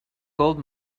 gold